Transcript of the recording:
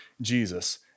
Jesus